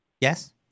Yes